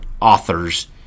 authors